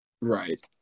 Right